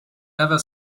never